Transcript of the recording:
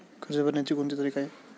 कर्ज भरण्याची कोणती तारीख आहे?